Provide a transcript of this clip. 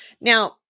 Now